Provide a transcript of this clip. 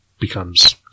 becomes